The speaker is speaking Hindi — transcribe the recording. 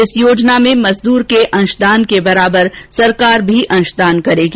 इस योजना में मजदूर के अंशदान के बराबर सरकार भी अंशदान करेगी